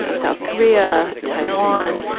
ah south korea, taiwan,